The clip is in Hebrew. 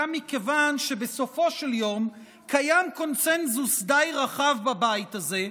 גם מכיוון שבסופו של יום קיים קונסנזוס די רחב בבית הזה,